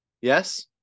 Yes